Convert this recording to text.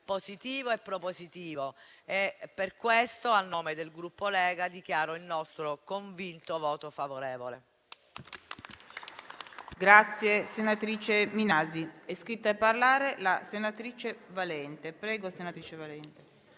positivo e propositivo. Per questo, a nome del Gruppo Lega, dichiaro il nostro convinto voto favorevole.